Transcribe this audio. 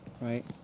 right